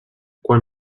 quan